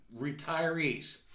retirees